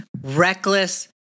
reckless